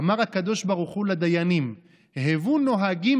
אמר הקדוש ברוך הוא לדיינין: היו נוהגים